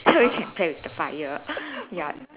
so we can play with the fire ya